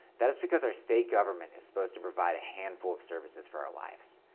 that is because our state government is supposed to provide a handful of services for our lives.